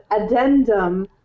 addendum